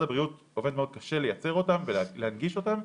הבריאות עובד מאוד קשה לייצר אותם ולהנגיש אותם.